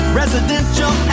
residential